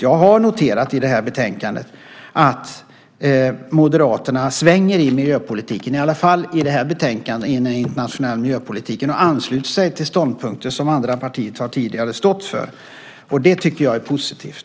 Jag har i betänkandet noterat att Moderaterna svänger i den internationella miljöpolitiken och ansluter sig till ståndpunkter som andra partier har stått för tidigare. Det tycker jag är positivt.